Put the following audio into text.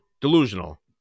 Delusional